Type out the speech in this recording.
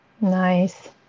Nice